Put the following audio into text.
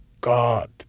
god